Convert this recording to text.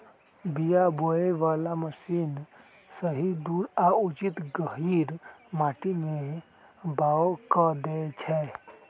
बीया बोय बला मशीन सही दूरी आ उचित गहीर माटी में बाओ कऽ देए छै